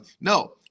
No